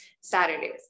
Saturdays